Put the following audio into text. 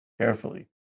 carefully